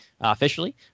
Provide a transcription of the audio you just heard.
officially